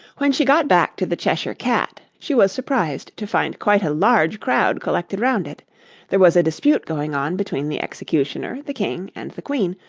when she got back to the cheshire cat, she was surprised to find quite a large crowd collected round it there was a dispute going on between the executioner, the king, and the queen,